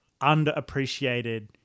underappreciated